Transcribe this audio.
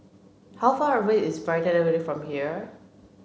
how far away is Brighton Avenue from here